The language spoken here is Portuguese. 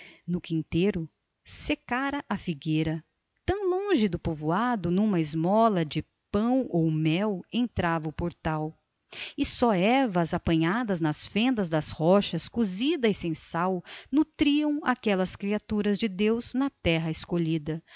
no quinteiro secara a figueira tão longe do povoado nunca esmola de pão ou mel entrava o portal e só ervas apanhadas nas fendas das rochas cozidas sem sal nutriam aquelas criaturas de deus na terra escolhida